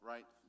Right